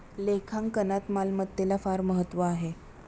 लेखांकनात मालमत्तेला फार महत्त्व आहे